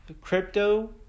crypto